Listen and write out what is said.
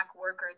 worker